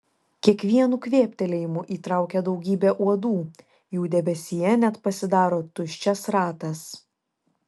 kiekvienu kvėptelėjimu įtraukia daugybę uodų jų debesyje net pasidaro tuščias ratas